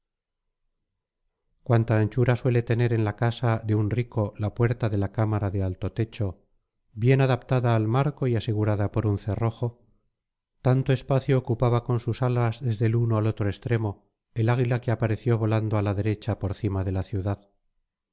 cuanta anchura suele tener en la casa de un rico la puerta de la cámara de alto techo bien adaptada al marco y asegurada por un cerrojo tanto espacio ocupaba con sus alas desde el uno al otro extremo el águila que apareció volando á la derecha por cima de la ciudad